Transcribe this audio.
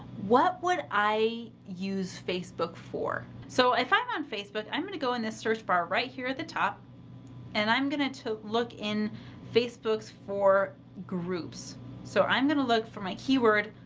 what would i use facebook for? so if i'm on facebook, i'm going to go in this search bar right here at the top and i'm going to to look in facebook's for groups so i'm going to look for my keyword.